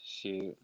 shoot